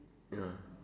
ya